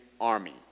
army